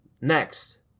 next